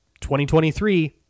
2023